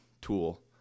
tool